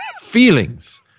feelings